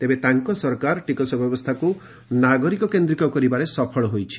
ତେବେ ତାଙ୍କ ସରକାର ଟିକସ ବ୍ୟବସ୍ଥାକୁ ନାଗରିକ କେନ୍ଦ୍ରିକ କରିବାରେ ସଫଳ ହୋଇଛି